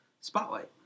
Spotlight